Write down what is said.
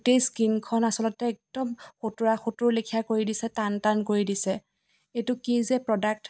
গোটেই স্কিণখন আচলতে একদম সোঁতোৰা সোঁতোৰ লেখিয়া কৰি দিছে টান টান কৰি দিছে এইটো কি যে প্ৰডাক্ট